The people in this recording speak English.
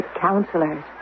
counselors